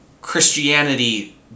Christianity